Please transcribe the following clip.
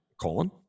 colon